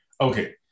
okay